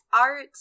art